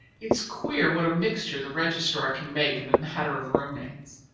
it's queer what a mixture the registrar can make in the matter of room-mates.